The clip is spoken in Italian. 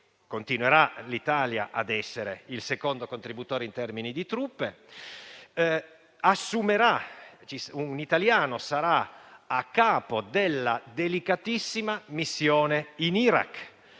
continuerà a essere il secondo contributore in termini di truppe e un italiano sarà a capo della delicatissima missione in Iraq.